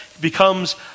becomes